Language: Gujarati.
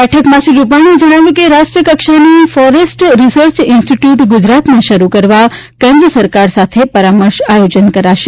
બેઠકમાં શ્રી રૂપાણીએ જણાવ્યું કે રાષ્ટ્રીય કક્ષાની ફોરેસ્ટ રીસર્ચ ઇન્સ્ટીટ્યુટ ગુજરાતમાં શરૂ કરવા કેન્દ્ર સરકાર સાથે પરામર્શ આયોજન કરાશે